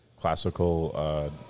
classical